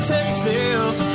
Texas